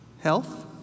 health